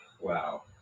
Wow